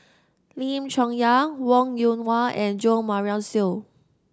Lim Chong Yah Wong Yoon Wah and Jo Marion Seow